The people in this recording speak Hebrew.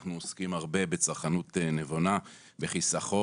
אנחנו עוסקים הרבה בצרכנות נבונה וחיסכון.